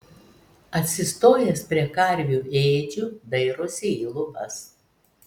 atsistojęs prie karvių ėdžių dairosi į lubas